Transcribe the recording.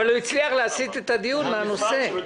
אבל הוא הצליח להסיט את הדיון מהנושא עצמו.